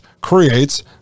creates